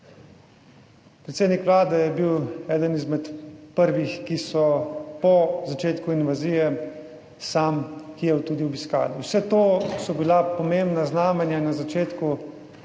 Predsednik vlade je bil eden izmed prvih, ki so po začetku invazije sam Kijev tudi obiskali. Vse to so bila pomembna znamenja na začetku te invazije,